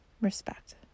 respect